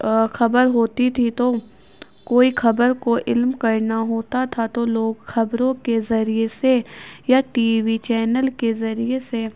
کھبر ہوتی تھی تو کوئی خبر کو علم کرنا ہوتا تھا تو لوگ خبروں کے ذریعے سے یا ٹی وی چینل کے ذریعے سے